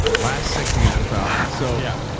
last six against the falcon. so yeah,